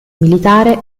militare